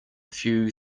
few